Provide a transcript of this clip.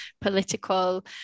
political